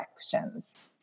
sections